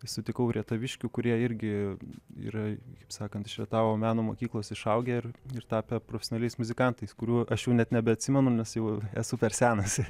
sutikau rietaviškių kurie irgi yra kaip sakant iš rietavo meno mokyklos išaugę ir tapę profesionaliais muzikantais kurių aš jau net nebeatsimenu nes jau esu per senas